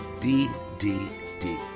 ddd